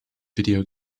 video